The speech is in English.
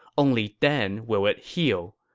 only then will it heal.